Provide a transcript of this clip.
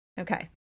Okay